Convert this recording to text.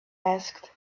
asked